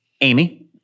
Amy